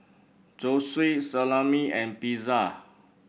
Zosui Salami and Pizza